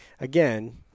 again